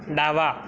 डावा